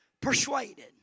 persuaded